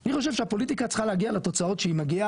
אני חושב שהפוליטיקה צריכה להגיע לתוצאות שהיא מגיעה,